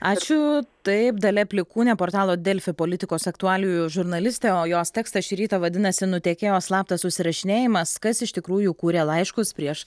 ačiū tai dalia plikūnė portalo delfi politikos aktualijų žurnalistė o jos tekstas šį rytą vadinasi nutekėjo slaptas susirašinėjimas kas iš tikrųjų kūrė laiškus prieš